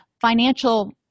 financial